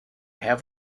have